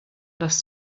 das